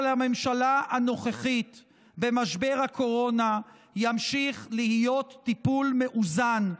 הממשלה הנוכחית במשבר הקורונה ימשיך להיות טיפול מאוזן,